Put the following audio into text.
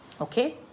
Okay